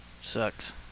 Sucks